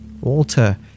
Walter